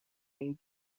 این